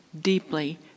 deeply